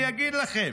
אני אגיד לכם.